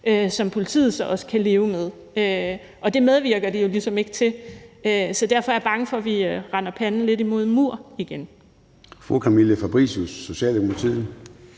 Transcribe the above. som politiet også kan leve med, og det medvirker det jo ligesom ikke til. Så derfor er jeg bange for, at vi lidt løber panden mod en mur igen.